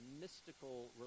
mystical